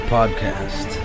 Podcast